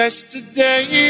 Yesterday